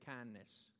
kindness